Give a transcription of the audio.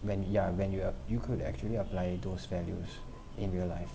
when ya when you uh you could actually apply those values in real life